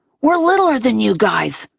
we're littler than you guys,